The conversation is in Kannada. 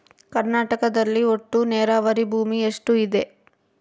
ಕರ್ನಾಟಕದಲ್ಲಿ ಒಟ್ಟು ನೇರಾವರಿ ಭೂಮಿ ಎಷ್ಟು ಇದೆ?